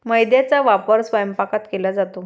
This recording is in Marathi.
मैद्याचा वापर स्वयंपाकात केला जातो